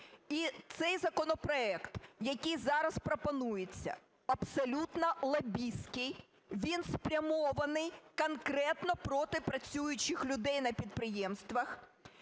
І цей законопроект, який зараз пропонується, абсолютно лобістський, він спрямований конкретно проти працюючих людей на підприємствах.